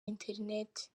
interineti